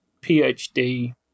PhD